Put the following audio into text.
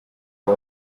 abo